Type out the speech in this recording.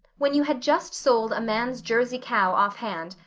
when you had just sold a man's jersey cow offhand,